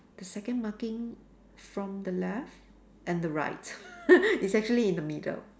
the second marking from the left and the right it's actually in the middle